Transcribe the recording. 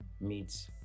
meets